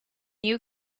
new